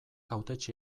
hautetsi